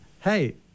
hey